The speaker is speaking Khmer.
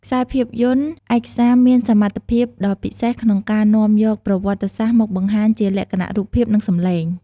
ខ្សែភាពយន្តឯកសារមានសមត្ថភាពដ៏ពិសេសក្នុងការនាំយកប្រវត្តិសាស្ត្រមកបង្ហាញជាលក្ខណៈរូបភាព និងសម្លេង។